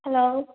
hello